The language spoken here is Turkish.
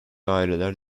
aileler